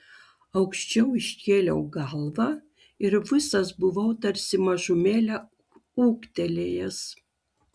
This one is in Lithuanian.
aukščiau iškėliau galvą ir visas buvau tarsi mažumėlę ūgtelėjęs